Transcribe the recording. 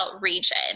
region